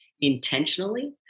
intentionally